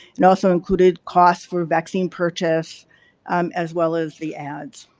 it also included cost for vaccine purchase as well as the ads.